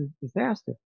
disaster